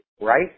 Right